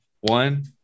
One